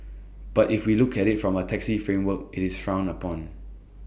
but if we look at IT from A taxi framework IT is frowned upon